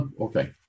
okay